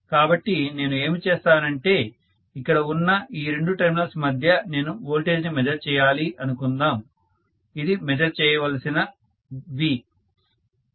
కాబట్టి నేను ఏమి చేస్తానంటే ఇక్కడ ఉన్న ఈ రెండు టెర్మినల్స్ మధ్య నేను వోల్టేజ్ ని మెజర్ చేయాలి అనుకుందాం ఇది మెజర్ చేేయవలసిన V